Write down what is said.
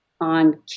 on